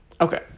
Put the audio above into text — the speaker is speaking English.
Okay